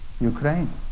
Ukraine